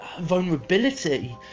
vulnerability